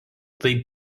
tai